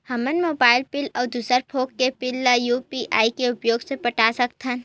हमन mobile bill अउ दूसर भोग के बिल ला यू.पी.आई के उपयोग से पटा सकथन